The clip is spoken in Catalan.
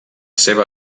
seva